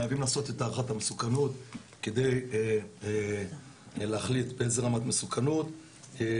חייבים לעשות את הערכת המסוכנות כדי להחליט באיזו רמת מסוכנות האדם.